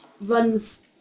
runs